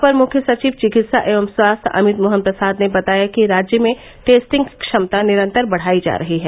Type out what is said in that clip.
अपर मुख्य सचिव चिकित्सा एवं स्वास्थ्य अमित मोहन प्रसाद ने बताया कि राज्य में टेस्टिंग क्षमता निरन्तर बढ़ाई जा रही है